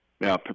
Now